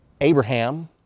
Abraham